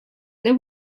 there